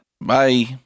Bye